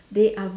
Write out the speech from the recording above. they are